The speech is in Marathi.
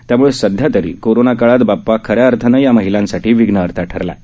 त्यामुळे सध्यातरी तरी कोरोना काळात बाप्पा खऱ्या अर्थाने या महिलांसाठी विघ्नहर्ता ठरला आहे